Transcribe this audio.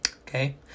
Okay